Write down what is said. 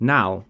Now